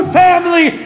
family